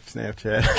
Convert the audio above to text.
Snapchat